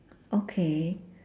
okay